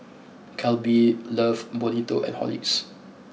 Calbee Love Bonito and Horlicks